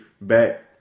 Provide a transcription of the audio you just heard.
back